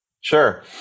Sure